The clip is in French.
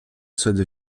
souhaite